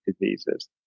diseases